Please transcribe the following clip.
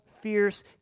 fierce